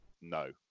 no